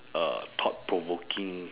uh thought provoking